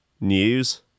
news